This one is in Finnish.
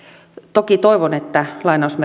toki toivon että